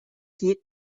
heat